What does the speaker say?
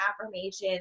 affirmations